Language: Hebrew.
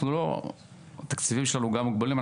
התקציבים שלנו מוגבלים,